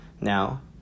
Now